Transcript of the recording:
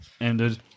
ended